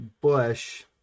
Bush